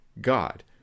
God